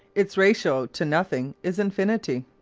its ratio to nothing is infinity.